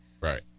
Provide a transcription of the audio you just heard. right